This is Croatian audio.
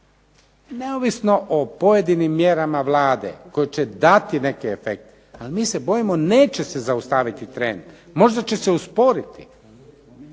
neovisno o pojedinim mjerama koje će dati neke efekte ali mi se bojimo neće se zaustaviti trend, možda će se usporiti.